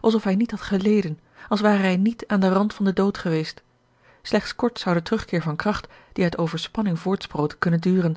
alsof hij niet had geleden als ware hij niet aan den rand van den dood geweest slechts kort zou de terugkeer van kracht die uit overspanning voortsproot kunnen duren